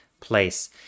place